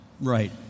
Right